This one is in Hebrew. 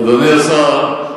אדוני השר,